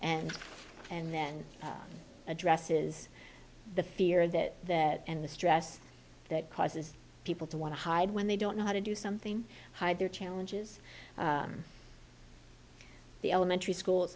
and and then addresses the fear that that and the stress that causes people to want to hide when they don't know how to do something hide their challenges the elementary